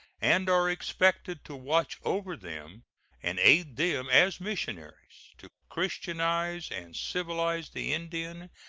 and are expected to watch over them and aid them as missionaries, to christianize and civilize the indian,